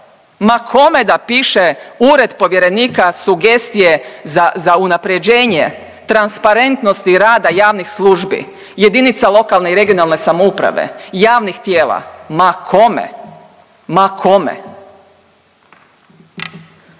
Ma kome da piše ured povjerenika sugestije za unaprjeđenje transparentnosti rada javnih službi, jedinica lokalne i regionalne samouprave, javnih tijela, ma kome? Ma kome?